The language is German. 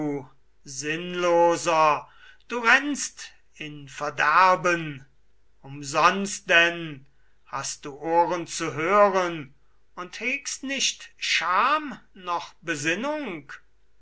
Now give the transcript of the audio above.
sinnloser du rennst in verderben umsonst denn hast du ohren zu hören und hegst nicht scham noch besinnung